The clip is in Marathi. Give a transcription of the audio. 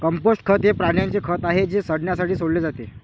कंपोस्ट खत हे प्राण्यांचे खत आहे जे सडण्यासाठी सोडले जाते